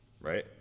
right